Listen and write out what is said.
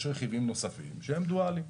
יש רכיבים נוספים שהם דואליים,